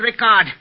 Ricard